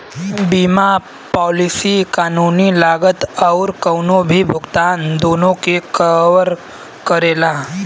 बीमा पॉलिसी कानूनी लागत आउर कउनो भी भुगतान दूनो के कवर करेला